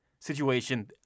situation